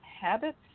habits